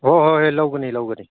ꯍꯣꯏ ꯍꯣꯏ ꯍꯣꯏ ꯂꯧꯒꯅꯤ ꯂꯧꯒꯅꯤ